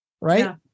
Right